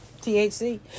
THC